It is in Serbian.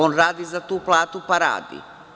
On radi za tu platu pa radi.